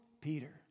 Peter